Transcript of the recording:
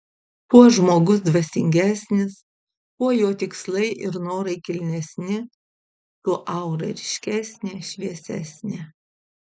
kuo žmogus dvasingesnis kuo jo tikslai ir norai kilnesni tuo aura ryškesnė šviesesnė